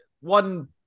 one